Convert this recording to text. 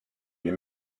les